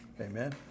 Amen